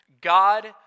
God